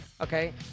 Okay